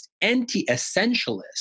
anti-essentialist